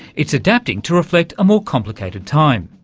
it's adapting to reflect a more complicated time.